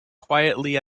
quietly